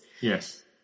Yes